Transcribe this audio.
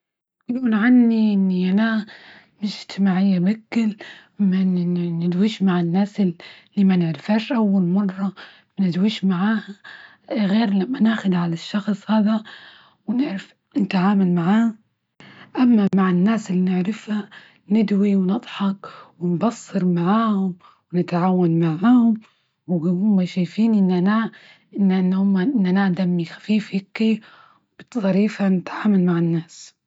يقولون عني إني أنا مش إجتماعية وكل، ما ندويش مع الناس اللي منعرفهاش أول مرة ما ندويش معاها غير لما ناخد على الشخص هذا، ونعرف نتعامل معاه اما مع الناس اللي نعرفها ندوي ونضحك معاهم، ونتعاون معاهم وهما شايفين إن أنا- إن هم إن أنا دمي خفيف هكي وظريفة في التعامل مع الناس.